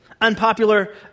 unpopular